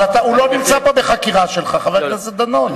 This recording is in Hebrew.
אבל הוא לא נמצא פה בחקירה שלך, חבר הכנסת דנון.